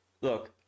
Look